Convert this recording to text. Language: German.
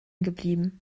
geblieben